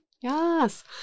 Yes